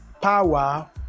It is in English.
power